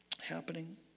happening